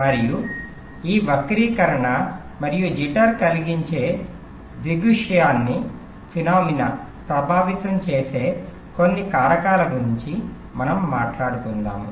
మరియు ఈ వక్రీకరణ మరియు జిటర్ కలిగించే దృగ్విషయాన్ని ప్రభావితం చేసే కొన్ని కారకాల గురించి మనం మాట్లాడుకుందాము